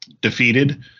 defeated